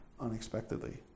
unexpectedly